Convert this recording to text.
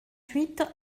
huit